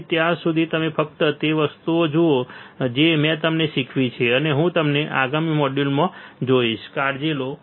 તેથી ત્યાં સુધી તમે ફક્ત તે વસ્તુઓ જુઓ જે મેં તમને શીખવી છે અને હું તમને આગામી મોડ્યુલમાં જોઈશ કાળજી લો